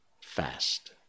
fast